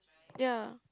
ya